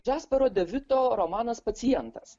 džaspero devito romanas pacientas